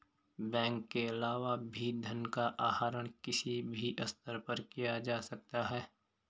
bank के अलावा भी धन का आहरण किसी भी स्तर पर किया जा सकता है